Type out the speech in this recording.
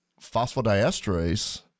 phosphodiesterase